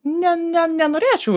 ne ne nenorėčiau